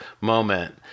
moment